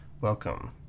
Welcome